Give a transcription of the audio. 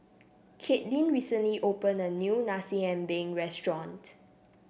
Kaitlin recently open a new Nasi Ambeng restaurant